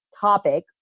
topic